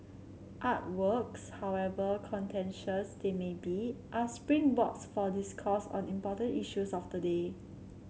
artworks however contentious they may be are springboards for discourse on important issues of the day